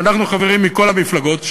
אנחנו חברים מכל המפלגות,